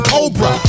Cobra